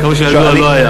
עד כמה שלי ידוע, לא היה.